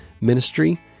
ministry